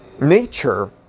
nature